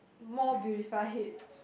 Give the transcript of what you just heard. more beautify it